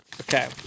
okay